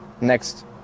next